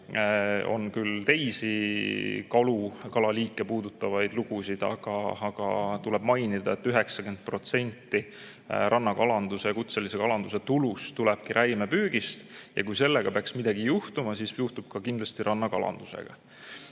On küll teisi kalaliike puudutavaid lugusid, aga tuleb mainida, et 90% rannakalanduse ja kutselise kalanduse tulust tulebki räimepüügist ja kui sellega peaks midagi juhtuma, siis juhtub kindlasti ka rannakalandusega.